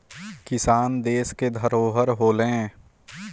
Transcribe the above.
किसान देस के धरोहर होलें